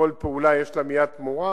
לכל פעולה יש מייד תמורה.